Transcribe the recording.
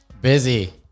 Busy